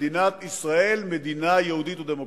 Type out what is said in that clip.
מדינת ישראל היא מדינה יהודית ודמוקרטית?